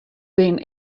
bin